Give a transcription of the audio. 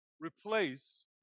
replace